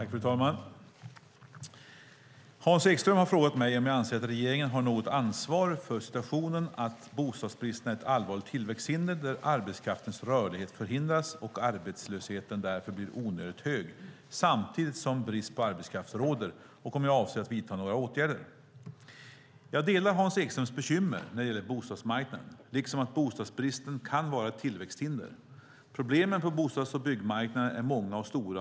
Fru talman! Hans Ekström har frågat mig om jag anser att regeringen har något ansvar för situationen att bostadsbristen är ett allvarligt tillväxthinder där arbetskraftens rörlighet förhindras och arbetslösheten därför blir onödigt hög samtidigt som brist på arbetskraft råder, och om jag avser att vidta några åtgärder. Jag delar Hans Ekströms bekymmer när det gäller bostadsmarknaden, liksom att bostadsbristen kan vara ett tillväxthinder. Problemen på bostads och byggmarknaderna är många och stora.